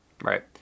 right